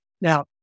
now